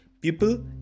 people